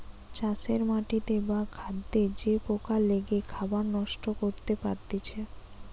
চাষের মাটিতে বা খাদ্যে যে পোকা লেগে খাবার নষ্ট করতে পারতিছে